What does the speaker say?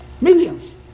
Millions